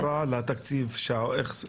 בהשוואה לתקציב הקודם,